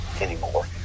anymore